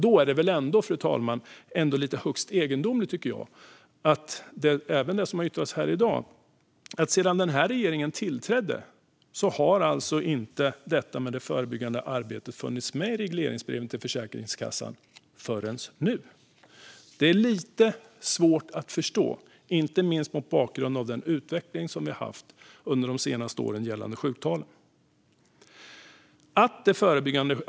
Då är det väl ändå, fru talman, högst egendomligt, även givet det som yttrats här i dag, att sedan den här regeringen tillträdde har detta med det förebyggande arbetet inte funnits med i något av regleringsbreven till Försäkringskassan förrän nu. Det är lite svårt att förstå, inte minst mot bakgrund av den utveckling som vi har haft under de senaste åren gällande sjuktalen.